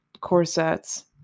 corsets